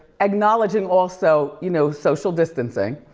acknowledging also, you know, social distancing.